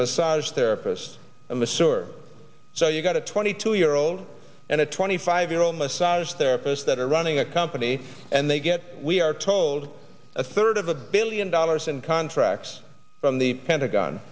massage therapist i'm a server so you've got a twenty two year old and a twenty five year old massage therapist that are running a company and they get we are told a third of a billion dollars in contracts from the pentagon